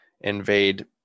invade